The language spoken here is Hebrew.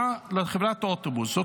חברת האוטובוסים.